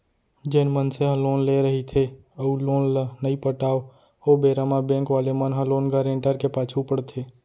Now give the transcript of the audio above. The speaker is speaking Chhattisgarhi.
जेन मनसे ह लोन लेय रहिथे अउ लोन ल नइ पटाव ओ बेरा म बेंक वाले मन ह लोन गारेंटर के पाछू पड़थे